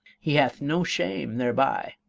he hath no shame thereby.